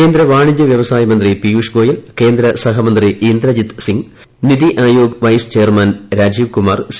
കേന്ദ്ര വാണിജ്യ വൃവസായ മന്ത്രി പീയുഷ് ഗോയൽ കേന്ദ്ര സഹമന്ത്രി Indrajit Singh NITI Aayog vice chairman Rajiv Kumar C